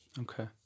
Okay